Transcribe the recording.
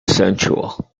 sensual